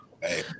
Hey